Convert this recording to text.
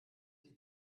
die